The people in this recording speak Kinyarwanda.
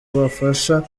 bafasha